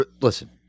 Listen